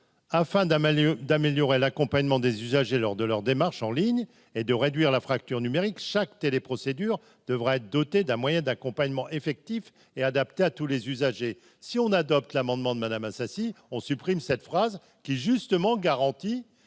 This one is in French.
d'améliorer l'accompagnement des usagers lors de leurs démarches en ligne et de réduire la fracture numérique chaque télé-procédures devraient être doté d'un moyen d'accompagnement effectif est adapté à tous les usagers : si on adopte l'amendement de Madame Assassi on supprime cette phrase qui justement garantie